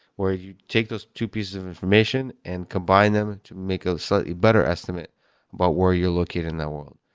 where you take those two pieces of information and combine them to make a slightly better estimate about where you're located in that world.